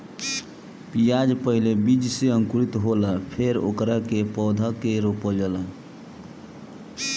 प्याज पहिले बीज से अंकुरित होला फेर ओकरा पौधा के रोपल जाला